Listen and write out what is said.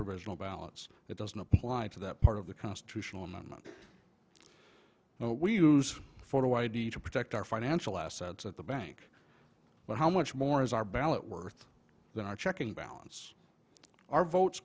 provisional ballots it doesn't apply to that part of the constitutional amendment we use photo id to protect our financial assets at the bank but how much more is our ballot worth than our checking balance our votes